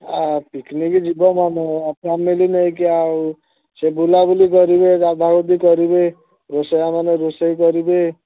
ହଁ ପିକନିକ୍ ଯିବା ଆଉ ଫ୍ୟାମିଲି ନେଇକି ଆଉ ସେ ବୁଲାବୁଲି କରିବେ ଗାଧାଗୁଧି କରିବେ ରୋଷେୟା ମାନେ ରୋଷେଇ କରିବେ